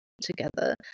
together